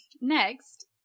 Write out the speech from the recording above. Next